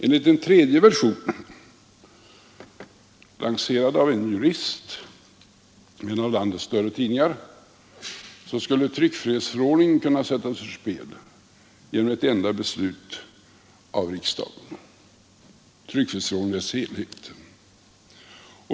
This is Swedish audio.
Enligt en tredje version, lancerad av en jurist i en av landets större tidningar, skulle tryckfrihetsförordningen i dess helhet kunna sättas ur spel genom ett enda beslut av riksdagen.